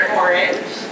orange